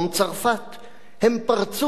"הם פרצו מחצי האי ערב,